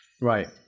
Right